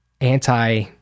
anti